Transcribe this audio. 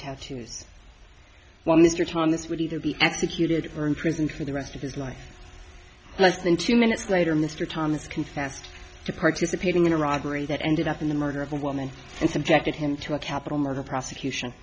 while mr thomas would either be executed or in prison for the rest of his life less than two minutes later mr thomas confessed to participating in a robbery that ended up in the murder of a woman in subjected him to a capital murder prosecution